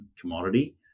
commodity